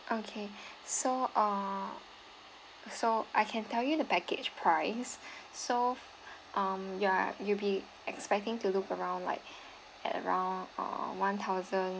okay so uh so I can tell you the package price so um you are you be expecting to look around like at around uh one thousand